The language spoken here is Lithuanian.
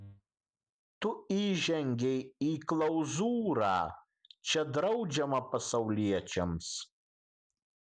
tu įžengei į klauzūrą čia draudžiama pasauliečiams